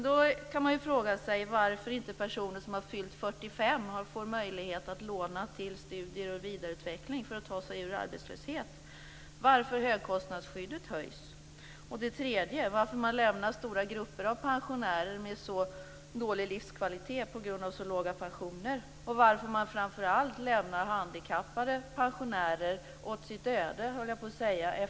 Då kan man fråga sig varför inte personer som har fyllt 45 år får möjlighet att låna till studier och vidareutveckling för att ta sig ur arbetslöshet, varför beloppsgränsen för högkostnadsskyddet höjs, varför man lämnar stora grupper av pensionärer med så dålig livskvalitet på grund av att de har låga pensioner och varför man framför allt lämnar handikappade pensionärer åt sitt öde.